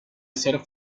ser